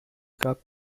cup